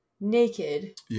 naked